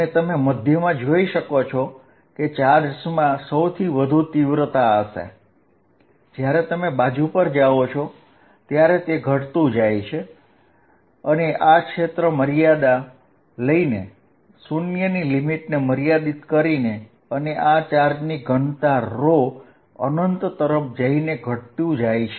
અને તમે મધ્યમાં જોઈ શકો છો કે ચાર્જ્સમાં સૌથી વધુ તીવ્રતા હશે અને જ્યારે તમે બાજુ પર જાઓ છો ત્યારે તે ઘટતું જાય છે અને આ ક્ષેત્ર યોગ્ય લિમિટ લેતા તે હોલો બને છે લિમીટ a0 અને ચાર્જ ઘનતા છે